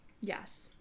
yes